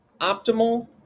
optimal